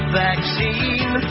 vaccine